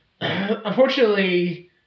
unfortunately